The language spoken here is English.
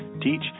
teach